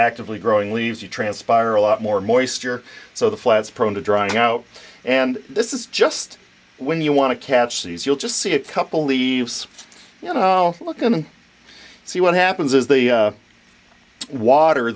actively growing leaves you transpire a lot more moisture so the flat is prone to drying out and this is just when you want to catch these you'll just see a couple leaves you know look and see what happens is the water